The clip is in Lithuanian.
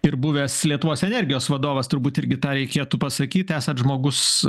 ir buvęs lietuvos energijos vadovas turbūt irgi tą reikėtų pasakyt esat žmogus